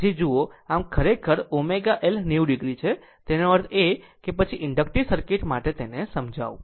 આમ આ ખરેખર ω L 90 o છે તેનો અર્થ એ કે પછી ઇન્ડકટીવ સર્કિટ માટે તેને સમજાવું